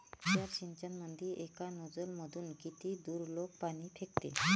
तुषार सिंचनमंदी एका नोजल मधून किती दुरलोक पाणी फेकते?